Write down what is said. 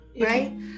right